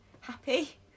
happy